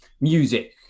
Music